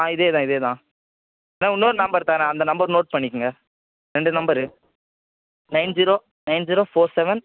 ஆ இதே தான் இதே தான் நான் இன்னொரு நம்பர் தர்றேன் அந்த நம்பர் நோட் பண்ணிக்கங்க ரெண்டு number nine zero nine zero four seven